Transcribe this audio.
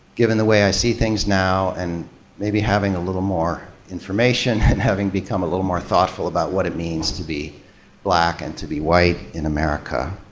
given the way i see things now and maybe having a little more information and having become a little more thoughtful about what it means to be black and to be white in america,